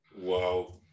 Wow